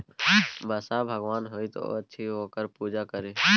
बसहा भगवान होइत अछि ओकर पूजा करी